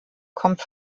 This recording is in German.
kommt